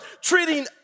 treating